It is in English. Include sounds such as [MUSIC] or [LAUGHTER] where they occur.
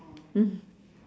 mm [BREATH]